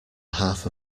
half